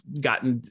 gotten